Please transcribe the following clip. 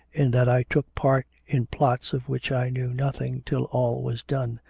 in that i took part in plots of which i knew nothing till all was done.